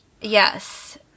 Yes